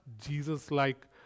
Jesus-like